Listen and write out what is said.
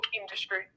industry